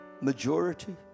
majority